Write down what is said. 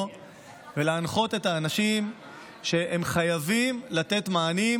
ולהנחות את האנשים שהם חייבים לתת מענים,